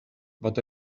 but